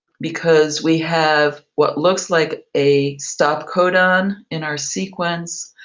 because we have what looks like a stop codon in our sequence,